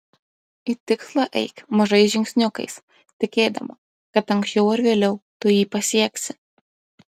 į tikslą eik mažais žingsniukais tikėdama kad anksčiau ar vėliau tu jį pasieksi